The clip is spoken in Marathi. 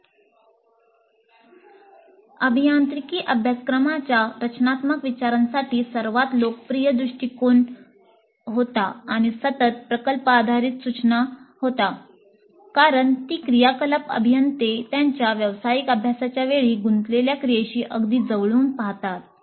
या पूर्वीच्या युनिट्समध्ये चर्चा केल्याप्रमाणे अभियांत्रिकी अभ्यासक्रमाच्या रचनात्मक विचारांसाठी सर्वात लोकप्रिय दृष्टीकोन होता आणि सतत प्रकल्प आधारित सूचना होत्या कारण ती क्रियाकलाप अभियंते त्यांच्या व्यावसायिक अभ्यासाच्या वेळी गुंतलेल्या क्रियेशी अगदी जवळून पाहतात